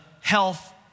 health